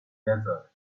desert